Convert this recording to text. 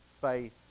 faith